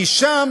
כי שם